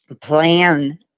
plan